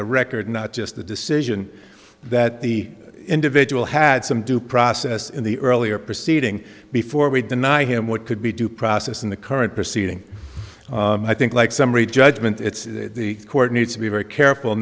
the record not just the decision that the individual had some due process in the earlier proceeding before we deny him what could be due process in the current proceeding i think like summary judgment it's the court needs to be very careful